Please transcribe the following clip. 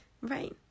Right